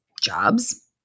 jobs